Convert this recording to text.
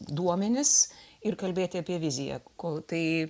duomenis ir kalbėti apie viziją kol tai